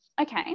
Okay